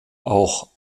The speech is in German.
auch